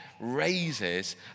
raises